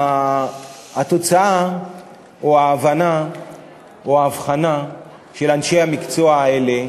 והתוצאה או ההבנה או ההבחנה של אנשי המקצוע האלה